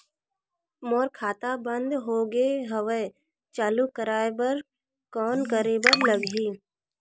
मोर खाता बंद हो गे हवय चालू कराय बर कौन करे बर लगही?